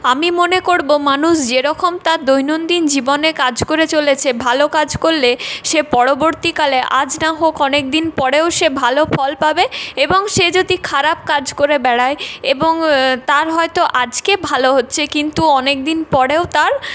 আমি মনে করবো মানুষ যেরকম তার দৈনন্দিন জীবনে কাজ করে চলেছে ভালো কাজ করলে সে পরবর্তীকালে আজ না হোক অনেকদিন পরেও সে ভালো ফল পাবে এবং সে যদি খারাপ কাজ করে বেরায় এবং তার হয়তো আজকে ভালো হচ্ছে কিন্তু অনেকদিন পরেও তার